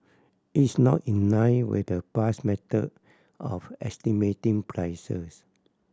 it's not in line with the past method of estimating prices